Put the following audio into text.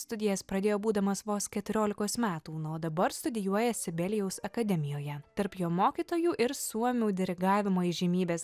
studijas pradėjo būdamas vos keturiolikos metų na o dabar studijuoja sibelijaus akademijoje tarp jo mokytojų ir suomių dirigavimo įžymybės